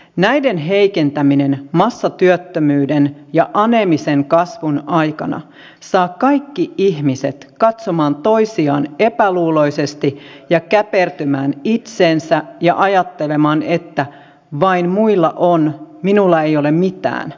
näiden heikentäminen massatyöttömyyden ja aneemisen kasvun aikana saa kaikki ihmiset katsomaan toisiaan epäluuloisesti ja käpertymään itseensä ja ajattelemaan että vain muilla on minulla ei ole mitään